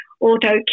auto